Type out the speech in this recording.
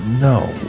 no